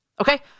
Okay